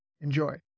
Enjoy